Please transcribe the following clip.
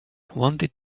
wanted